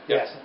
Yes